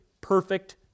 perfect